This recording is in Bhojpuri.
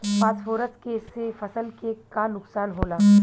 फास्फोरस के से फसल के का नुकसान होला?